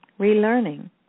relearning